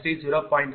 3 0